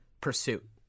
pursuit